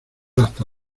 hasta